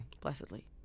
blessedly